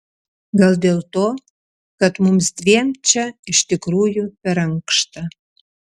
gal dėl to kad mums dviem čia iš tikrųjų per ankšta